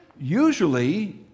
Usually